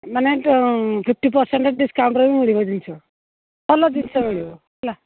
ମାନେ fifty percent ଡିସକାଉଣ୍ଟ୍ର ବି ମିଳିବ ଜିନିଷ ଭଲ ଜିନିଷ ମିଳିବ ହେଲା